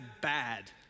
bad